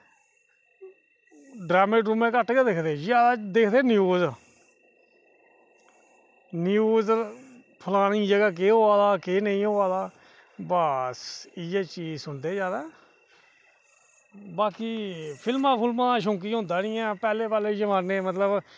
ड्रामें घट्ट गै दिखदे जादै दिखदे न्यूज़ न्यूज़ फलानी जगह केह् होआ दा केह् नेईं होआ दा बस इयै चीज़ सुनदे जादै बाकी फिल्मां दा शौंकी होंदा निं ऐ पैह्ले पैह्ले जमानै ई मतलब